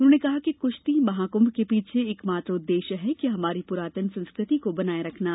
उन्होंने कहा कि कृश्ती महाकृभ के पीछे एकमात्र उद्देश्य है कि हमारी पुरातन संस्कृति बनाये रखना है